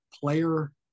player